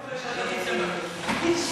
השעון,